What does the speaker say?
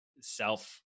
self